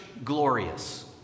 glorious